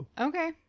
Okay